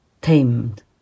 tamed